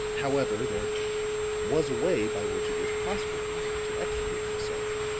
however, there was a way by which it was possible for me to extricate myself.